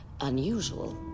unusual